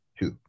Two